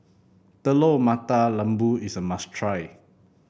Telur Mata Lembu is a must try